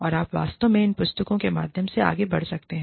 और आप वास्तव में इन पुस्तकों के माध्यम से आगे बढ़ सकते हैं